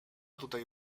tutaj